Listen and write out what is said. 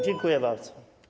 Dziękuję bardzo.